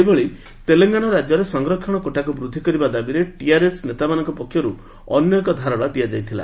ସେହିଭଳି ତେଲଙ୍ଗାନା ରାଜ୍ୟରେ ସଂରକ୍ଷଣ କୋଟାକୁ ବୃଦ୍ଧି କରିବା ଦାବିରେ ଟିଆର୍ଏସ୍ ନେତାମାନଙ୍କ ପକ୍ଷରୁ ଅନ୍ୟ ଏକ ଧାରଣା ଦିଆଯାଇଥିଲା